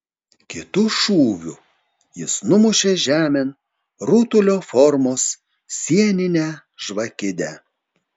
kitu šūviu jis numušė žemėn rutulio formos sieninę žvakidę